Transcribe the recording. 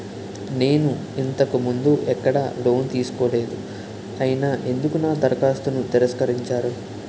నేను ఇంతకు ముందు ఎక్కడ లోన్ తీసుకోలేదు అయినా ఎందుకు నా దరఖాస్తును తిరస్కరించారు?